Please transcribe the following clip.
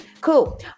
Cool